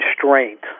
constraint